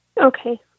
Okay